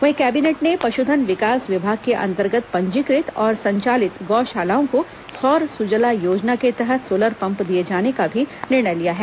वहीं कैबिनेट ने पशुधन विकास विभाग के अन्तर्गत पंजीकृत और संचालित गौ शालाओं को सौर सुजला योजना के तहत सोलर पम्प दिए जाने का भी निर्णय लिया है